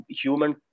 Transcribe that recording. human